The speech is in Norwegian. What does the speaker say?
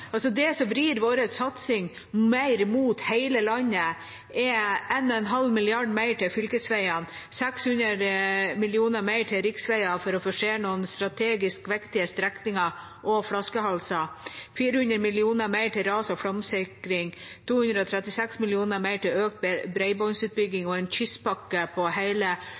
det som vrir vår satsing mer mot hele landet, er 1,5 mrd. kr mer til fylkesveiene, 600 mill. kr mer til riksveier for å forsere noen strategisk viktige strekninger og flaskehalser, 400 mill. kr mer til ras- og flomsikring, 236 mill. kr mer til økt bredbåndsutbygging og en kystpakke på